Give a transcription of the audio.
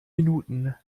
minuten